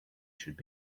should